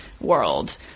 world